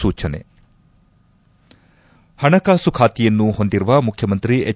ಸೂಚನೆ ಪಣಕಾಸು ಖಾತೆಯನ್ನು ಹೊಂದಿರುವ ಮುಖ್ಯಮಂತ್ರಿ ಎಚ್